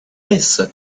essa